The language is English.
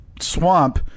Swamp